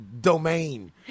domain